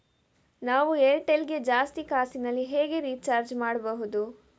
ನಾವು ಏರ್ಟೆಲ್ ಗೆ ಜಾಸ್ತಿ ಕಾಸಿನಲಿ ಹೇಗೆ ರಿಚಾರ್ಜ್ ಮಾಡ್ಬಾಹುದು?